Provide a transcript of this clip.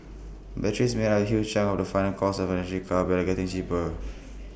batteries make up A huge chunk of the final cost of an electric car but they are getting cheaper